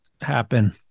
happen